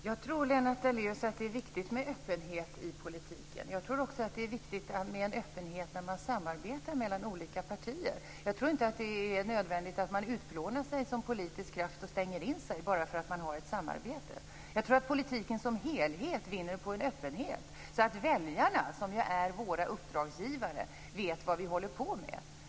Herr talman! Jag tror, Lennart Daléus, att det är viktigt med öppenhet i politiken. Jag tror också att det är viktigt med öppenhet när man samarbetar mellan olika partier. Jag tror inte att det är nödvändigt att man utplånar sig själv som politisk kraft och stänger in sig bara för att man har ett samarbete. Jag tror att politiken som helhet vinner på en öppenhet så att väljarna, som ju är våra uppdragsgivare, vet vad vi håller på med.